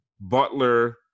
Butler